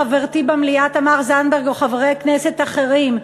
חברתי תמר זנדברג או חברי כנסת אחרים,